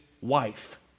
wife